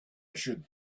should